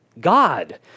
God